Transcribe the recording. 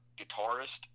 guitarist